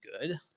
good